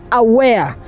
aware